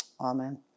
Amen